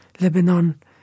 Lebanon